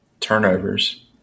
Turnovers